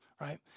right